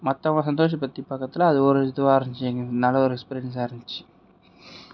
மத்தவங்களை சந்தோஷப் படுத்தி பார்க்குறதுல அது ஒரு இதுவாயிருந்துச்சி எங்களுக்கு நல்ல ஒரு எக்ஸ்பிரியன்ஸ்ஸா இருந்துச்சி